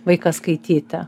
vaiką skaityti